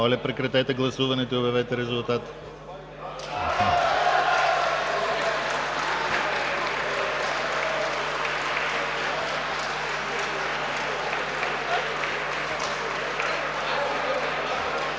Моля, прекратете гласуването и обявете резултат.